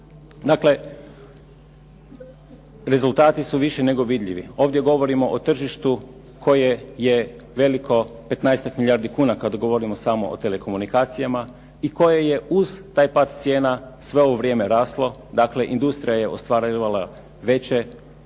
Dakle, rezultati su više nego vidljivi. Ovdje govorimo o tržištu koje je veliko 15-tak milijardi kuna, kad govorimo samo o telekomunikacijama i koje je uz taj pad cijena sve ovo vrijeme raslo. Dakle, industrija je ostvarivala veće